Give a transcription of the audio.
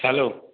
hello